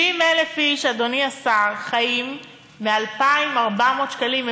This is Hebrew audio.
70,000 איש, אדוני השר, חיים מ-2,400 שקלים.